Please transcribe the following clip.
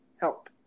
HELP